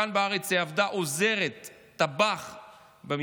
וכאן, בארץ, היא עבדה כעוזרת טבח במפעל.